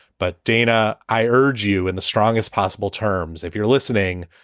but, dana, i urge you in the strongest possible terms, if you're listening,